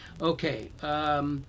Okay